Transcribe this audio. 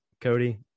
Cody